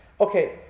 Okay